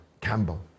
Campbell